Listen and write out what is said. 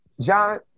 John